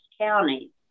counties